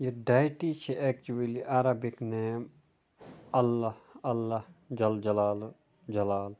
یہِ ڈایٹی چھ actually Arabic name اللہ اللہ جَل جَلالہُ جَلال